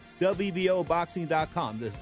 wboboxing.com